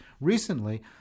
recently